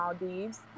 Maldives